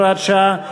הוראת שעה),